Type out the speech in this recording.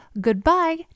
goodbye